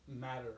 matter